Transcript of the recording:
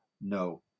no